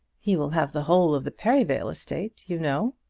he will have the whole of the perivale estate, you know.